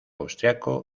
austriaco